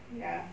ya